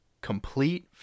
complete